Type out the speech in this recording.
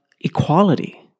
equality